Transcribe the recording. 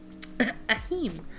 Ahim